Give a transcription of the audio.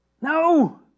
No